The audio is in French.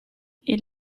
ils